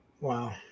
Wow